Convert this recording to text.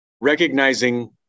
recognizing